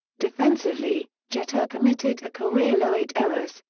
defensively, jeter committed a career-low eight errors,